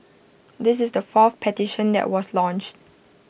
this is the fourth petition that was launched